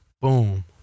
boom